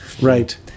Right